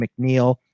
McNeil